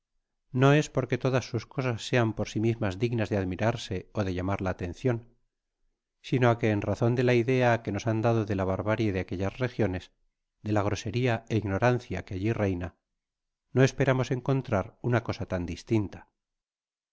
do es porque todas sus cosas sean por si mismas dignas de admirarse ó de llamar la atencion sino á que en razon de la idea que nos ban dado de la barbárie de aquellas regiones de la groseria é ignorancia que alli reina no esperamos encontrar una cosa tan distinta